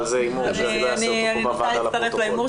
אבל זה הימור שלא אעשה אותו פה בוועדה לפרוטוקול.